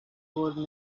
lord